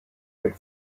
but